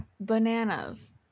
bananas